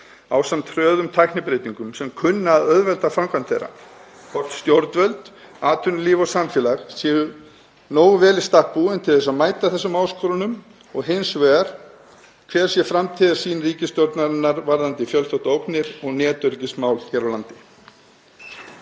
ásamt hröðum tæknibreytingum sem kunna að auðvelda framkvæmd þeirra, hvort stjórnvöld, atvinnulíf og samfélag séu nógu vel í stakk búin til að mæta þessum áskorunum og hins vegar hver sé framtíðarsýn ríkisstjórnarinnar varðandi fjölþáttaógnir og netöryggismál hér á landi.